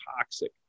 toxic